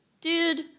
Dude